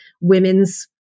women's